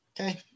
okay